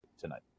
tonight